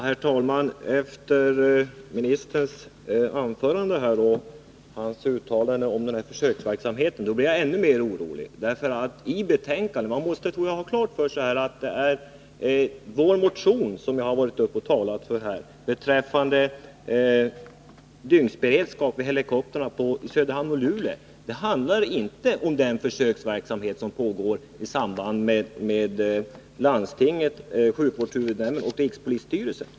Herr talman! Efter kommunministerns anförande och hans uttalande om försöksverksamheten blir jag ännu mer orolig. Man måste ha klart för sig att vår motion, som jag talat för här och i vilken vi tar upp dygnsberedskapen i Söderhamn och Luleå, handlar inte om den försöksverksamhet som pågår i samarbete med vissa landsting, dvs. sjukvårdshuvudmän, och rikspolisstyrelsen.